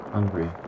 Hungry